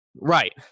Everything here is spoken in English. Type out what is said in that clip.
Right